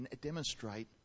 demonstrate